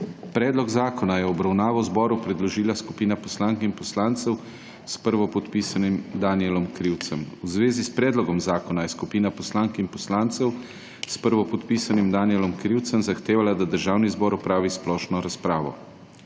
Predlog zakona je v obravnavo zboru predložila skupina poslank in poslancem s prvopodpisanim mag. Matejem Toninom. V zvezi s tem predlogom zakona je skupina poslank in poslancev s prvopodpisanim dr. Matejem T. Vatovcem zahtevala, da Državni zbor opravi splošno razpravo.